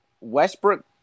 Westbrook